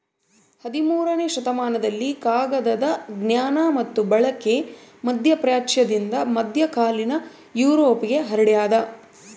ಹದಿಮೂರನೇ ಶತಮಾನದಲ್ಲಿ ಕಾಗದದ ಜ್ಞಾನ ಮತ್ತು ಬಳಕೆ ಮಧ್ಯಪ್ರಾಚ್ಯದಿಂದ ಮಧ್ಯಕಾಲೀನ ಯುರೋಪ್ಗೆ ಹರಡ್ಯಾದ